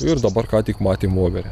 ir dabar ką tik matėm voverę